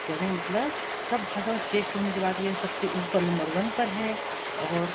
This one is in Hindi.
कहने का मतलब सब भाषाओं में श्रेष्ठ होने के बाद भी यह सबसे ऊपर नंबर वन पर है और